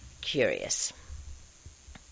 curious